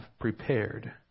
prepared